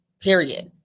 period